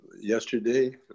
yesterday